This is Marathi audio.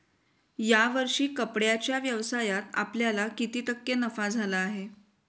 या वर्षी कपड्याच्या व्यवसायात आपल्याला किती टक्के नफा झाला आहे?